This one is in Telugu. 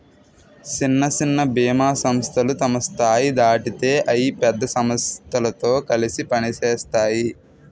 సిన్న సిన్న బీమా సంస్థలు తమ స్థాయి దాటితే అయి పెద్ద సమస్థలతో కలిసి పనిసేత్తాయి